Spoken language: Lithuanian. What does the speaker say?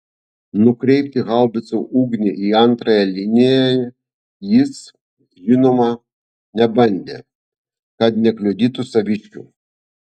nukreipti haubicų ugnį į antrąją liniją jis žinoma nebandė kad nekliudytų saviškių